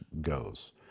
goes